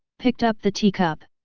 picked up the teacup,